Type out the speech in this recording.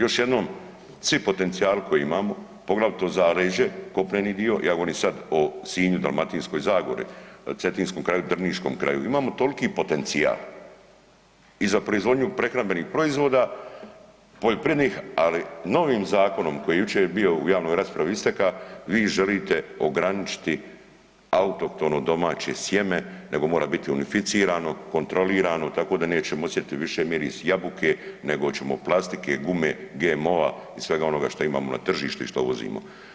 Još jednom, svi potencijali koje imamo, poglavito zaleđe, kopneni dio, ja govorim sad o Sinju i Dalmatinskoj zagori, cetinskom kraju, drniškom kraju, imamo tolki potencijal i za proizvodnju prehrambenih proizvoda poljoprivrednih, ali novim zakonom koji je jučer bio u javnoj raspravi isteka, vi ih želite ograničiti autohtono domaće sjeme nego mora biti unificirano, kontrolirano, tako da nećemo osjetiti više miris jabuke nego ćemo plastike, gume, GMO-a i svega onoga šta imamo na tržištu i šta uvozimo.